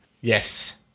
Yes